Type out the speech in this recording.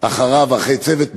אחריו ואחרי צוות משרדו,